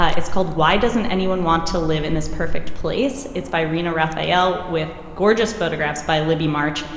ah it's called why doesn't anyone want to live in this perfect place. it's by rina rafael with gorgeous photographs by libby march.